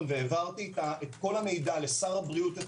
והעברתי את כל המידע אתמול לשר הבריאות,